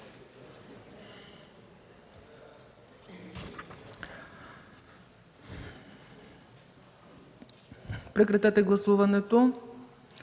Прекратете гласуването,